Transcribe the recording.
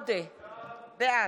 בעד,